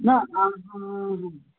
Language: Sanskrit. न अहा हा